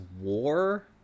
war